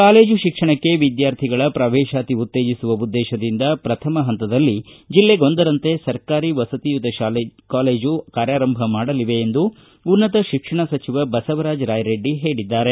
college ಶಿಕ್ಷಣಕ್ಕೆ ವಿದ್ವಾರ್ಥಿಗಳ ಪ್ರವೇಶಾತಿ ಉತ್ತೇಜಿಸುವ ಉದ್ದೇಶದಿಂದ ಪ್ರಥಮ ಹಂತದಲ್ಲಿ ಜಿಲ್ಲೆಗೊಂದರಂತೆ ಸರಕಾರಿ ವಸತಿಯುತ ಕಾಲೇಜು ಕಾರ್ಯಾರಂಭ ಮಾಡಲಿವೆ ಎಂದು ಉನ್ನತ ಶಿಕ್ಷಣ ಸಚಿವ ಬಸವರಾಜ ರಾಯರೆಡ್ಡಿ ಹೇಳಿದ್ದಾರೆ